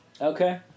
Okay